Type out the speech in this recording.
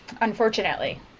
unfortunately